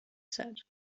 said